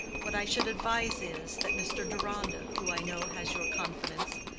what i should advise is, that mr. deronda, who i know has your confidence,